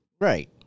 Right